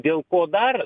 dėl ko dar